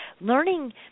Learning